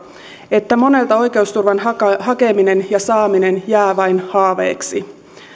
että monelta oikeusturvan hakeminen ja saaminen jää vain haaveeksi